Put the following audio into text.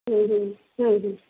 হুম হুম